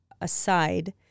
aside